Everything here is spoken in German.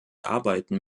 arbeiten